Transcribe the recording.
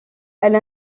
elle